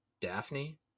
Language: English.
Daphne